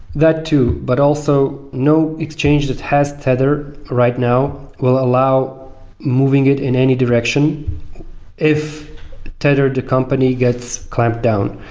that too, but also no exchanges has tether. right now, we'll allow moving it in any direction if tether the company gets clamped down.